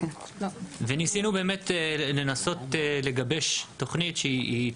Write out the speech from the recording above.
וניסינו באמת לנסות לגבש תוכנית שהיא